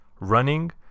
running